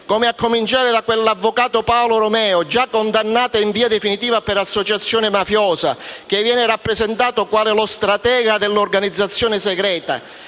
a cominciare da quell'avvocato Paolo Romeo, già condannato in via definitiva per associazione mafiosa, che viene rappresentato quale stratega dell'organizzazione segreta,